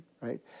Right